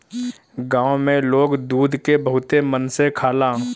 गाँव में लोग दूध के बहुते मन से खाला